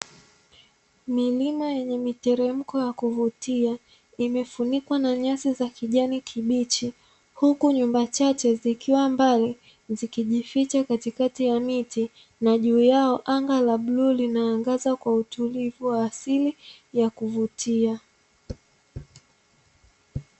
Milima yenye miteremko ya kuvutia, imefunikwa na nyasi za kijani kibichi, huku nyumba chache zikiwa mbali zikijificha katikati ya miti, na juu yao anga la bluu linaangaza kwa utulivu wa asili ya kuvutia.